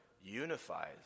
unifies